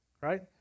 right